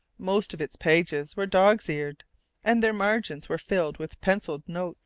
most of its pages were dogs'-eared and their margins were filled with pencilled notes.